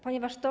Ponieważ to,